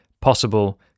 possible